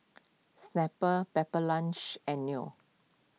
Snapple Pepper Lunch and Leo